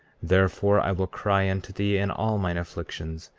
therefore i will cry unto thee in all mine afflictions,